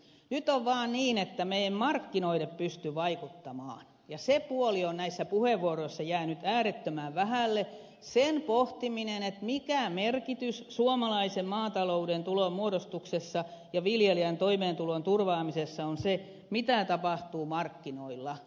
nyt on vaan niin että me emme markkinoihin pysty vaikuttamaan ja se puoli on näissä puheenvuoroissa jäänyt äärettömän vähälle sen pohtiminen mikä merkitys suomalaisen maatalouden tulonmuodostuksessa ja viljelijän toimeentulon turvaamisessa on sillä mitä tapahtuu markkinoilla